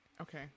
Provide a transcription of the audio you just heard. Okay